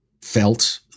felt